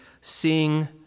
sing